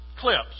clips